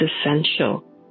essential